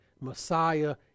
Messiah